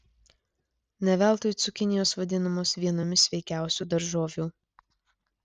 ne veltui cukinijos vadinamos vienomis sveikiausių daržovių